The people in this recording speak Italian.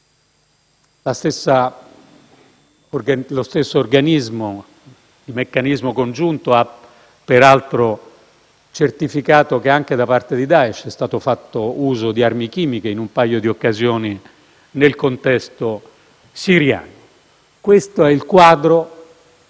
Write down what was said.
Lo stesso organismo, il meccanismo congiunto, ha peraltro certificato che anche da parte di Daesh è stato fatto uso di armi chimiche in un paio di occasioni nel contesto siriano. Questo è il quadro,